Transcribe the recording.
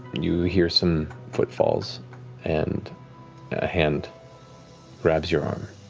you hear some footfalls and a hand grabs your arm.